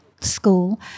school